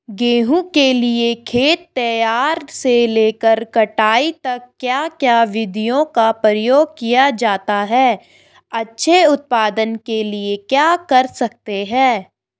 गेहूँ के लिए खेत तैयार से लेकर कटाई तक क्या क्या विधियों का प्रयोग किया जाता है अच्छे उत्पादन के लिए क्या कर सकते हैं?